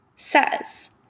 says